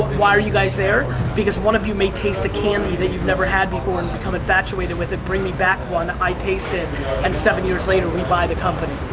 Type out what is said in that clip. why are you guys there? because one of you may taste a candy you've never had before and become infatuated with it, bring me back one, i taste it and seven years later we buy the company.